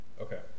Okay